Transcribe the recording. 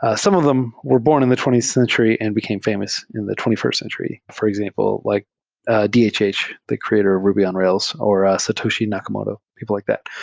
ah some of them were born in the twentieth century and became famous in the twenty first century. for example, like ah dhh, yeah the creator ruby on rails, or satoshi nakamoto, people like that.